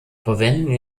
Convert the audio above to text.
verwenden